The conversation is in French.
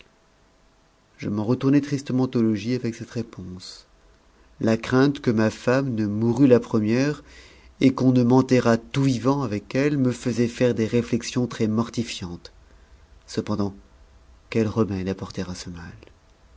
je m'en retournai tristement au logis avec cette réponse la crainh que ma femme ne mourût la première et qu'on ne m'enterrât tout vivant avec elle me faisait faire des réflexions très mortinantes cependant quel remède apporter à ce mal